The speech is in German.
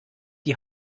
die